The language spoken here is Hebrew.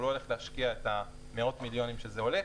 הוא לא הולך להשקיע את המאות-מיליונים שזה עולה,